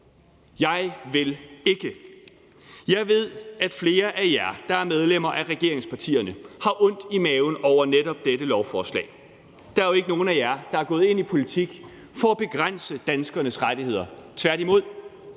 Jeg vil ikke. Jeg ved, at flere af jer, der er medlemmer af regeringspartierne, har ondt i maven over netop dette lovforslag. Der er jo ikke nogen af jer, der er gået ind i politik for at begrænse danskernes rettigheder – tværtimod.